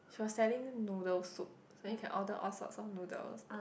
she was selling noodle soup so you can order all sorts of noodles